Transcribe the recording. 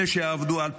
אלה שעבדו על פיגומים,